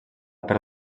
per